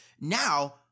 Now